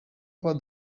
for